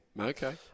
Okay